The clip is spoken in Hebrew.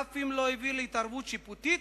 אף אם לא הביא להתערבות שיפוטית,